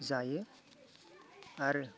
जायो आरो